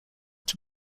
czy